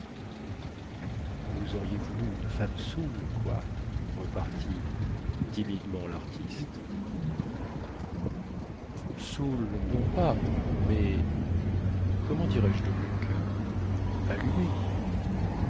vous auriez voulu une femme saoule quoi repartit timidement lartiste saoule non pas mais comment dirais-je donc allumée